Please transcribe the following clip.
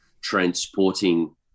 transporting